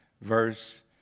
verse